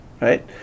Right